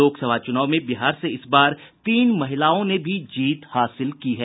लोकसभा चुनाव में बिहार से इस बार भी तीन महिलाओं ने जीत हासिल की है